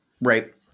Right